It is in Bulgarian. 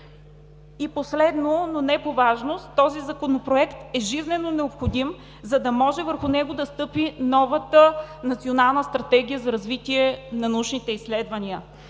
Последно, но не по важност, този Законопроект е жизнено необходим, за да може върху него да стъпи новата Национална стратегия за развитие на научните изследвания.